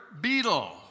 beetle